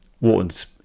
Wharton's